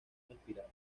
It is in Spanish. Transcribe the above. respirar